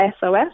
SOS